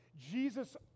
Jesus